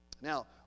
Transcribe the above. Now